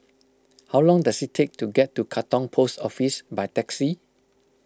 how long does it take to get to Katong Post Office by taxi